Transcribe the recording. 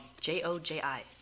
J-O-J-I